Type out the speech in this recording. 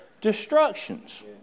destructions